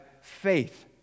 faith